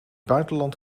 buitenland